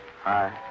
Hi